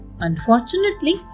Unfortunately